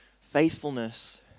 Faithfulness